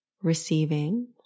receiving